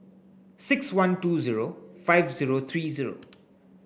six one two zero five zero three zero